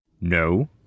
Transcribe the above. No